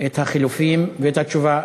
את החילופים ואת התשובה.